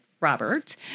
Robert